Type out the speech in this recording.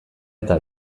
eta